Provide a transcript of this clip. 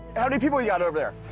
how many people, you got over there?